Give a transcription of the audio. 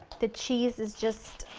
the cheese is just